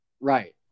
Right